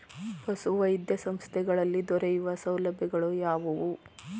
ಪಶುವೈದ್ಯ ಸಂಸ್ಥೆಗಳಲ್ಲಿ ದೊರೆಯುವ ಸೌಲಭ್ಯಗಳು ಯಾವುವು?